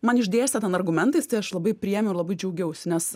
man išdėstė ten argumentais tai aš labai priėmiau ir labai džiaugiausi nes